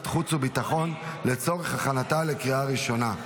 החוץ והביטחון לצורך הכנתה לקריאה ראשונה.